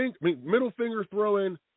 middle-finger-throwing